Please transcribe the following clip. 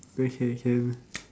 okay can